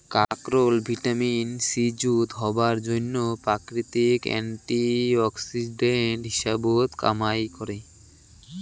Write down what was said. কাকরোল vitamin C যুত হবার জইন্যে প্রাকৃতিক অ্যান্টি অক্সিডেন্ট হিসাবত কামাই করে